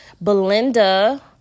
Belinda